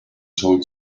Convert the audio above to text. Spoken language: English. told